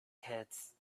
kids